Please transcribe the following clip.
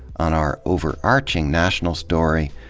on our over arching national story,